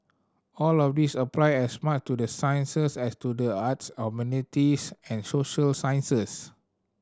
all of these apply as much to the sciences as to the arts humanities and social sciences